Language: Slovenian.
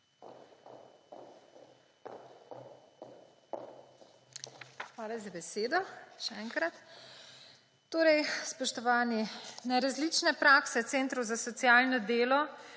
Hvala za besedo, še enkrat. Spoštovani! Na različne prakse centrov za socialno delo